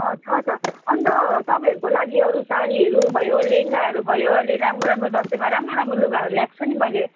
छ त अन्त तपाईँहरूको लागि अरू साडीहरू भयो लेहङ्गाहरू भयो अहिले राम्रो राम्रो दसैँमा राम्रो राम्रो लुगाहरू ल्याएको छु नि मैले